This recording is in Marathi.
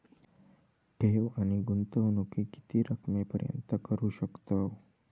ठेव आणि गुंतवणूकी किती रकमेपर्यंत करू शकतव?